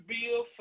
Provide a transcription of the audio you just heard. Bill